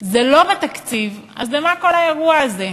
זה לא בתקציב, אז למה כל האירוע הזה,